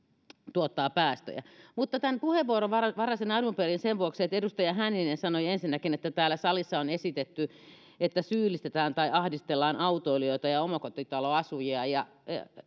tuottaa päästöjä mutta tämän puheenvuoron varasin alun perin sen vuoksi että edustaja hänninen sanoi ensinnäkin että täällä salissa on esitetty että syyllistetään tai ahdistellaan autoilijoita ja omakotitaloasujia